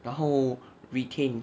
然后 retain